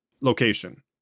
Location